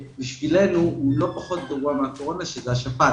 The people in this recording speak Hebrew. שבשבילנו הוא לא פחות גרוע מהקורונה, שזו השפעת.